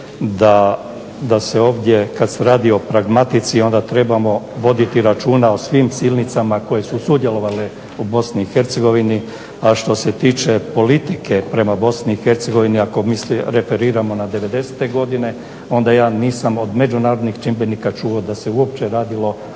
da se ovdje kad se radi o pragmatici onda trebamo voditi računa o svim silnicama koje su sudjelovale u Bosni i Hercegovini. A što se tiče politike prema Bosni i Hercegovini, ako mi se referiramo na devedesete godine onda ja nisam od međunarodnih čimbenika čuo da se uopće radilo